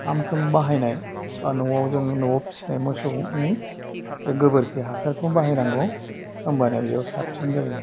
सानफ्रोम बाहानाय बा न'आव जों न'आव फिसिनाय मोसौनि बे गोबोरखि हासारखौ बाहायनांगौ होनबानो बेयाव साबसिन जायो